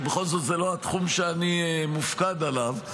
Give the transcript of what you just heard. כי בכל זאת, זה לא התחום שאני מופקד עליו.